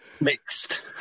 Mixed